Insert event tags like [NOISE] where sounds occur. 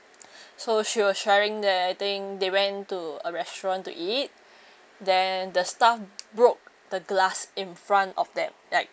[BREATH] so she was sharing they I think they went to a restaurant to eat then the staff broke the glass in front of them like